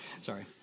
Sorry